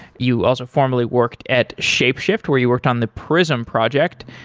you also formally worked at shapeshift where you worked on the prism project.